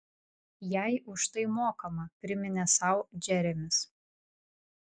jai už tai mokama priminė sau džeremis